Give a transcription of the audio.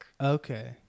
Okay